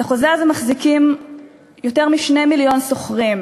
את החוזה הזה מחזיקים יותר מ-2 מיליון שוכרים